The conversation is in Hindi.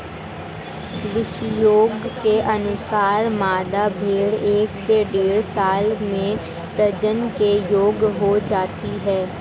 विशेषज्ञों के अनुसार, मादा भेंड़ एक से डेढ़ साल में प्रजनन के योग्य हो जाती है